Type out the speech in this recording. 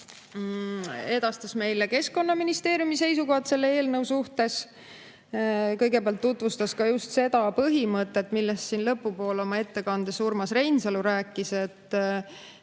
edastas meile Keskkonnaministeeriumi seisukohad selle eelnõu suhtes. Kõigepealt tutvustas ka just seda põhimõtet, millest siin lõpu poole oma ettekandes rääkis Urmas Reinsalu. Kui